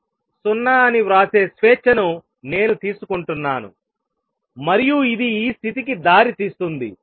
q ని 0 అని వ్రాసే స్వేచ్ఛను నేను తీసుకుంటున్నాను మరియు ఇది ఈ స్థితికి దారితీస్తుంది